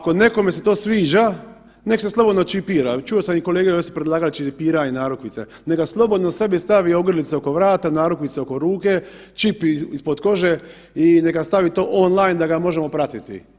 Ako nekome se to sviđa, neka se slobodno čipira, čuo sam kolege, predlagali čipiranje, narukvice, neka slobodno sebi stavi ogrlice oko vrata, narukvice oko ruke, čip ispod kože i neka stavi to online da ga možemo pratiti.